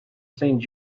saint